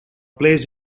placed